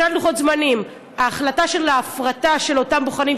האם בעצם מבחינת לוחות הזמנים ההחלטה על ההפרטה של אותם בוחנים,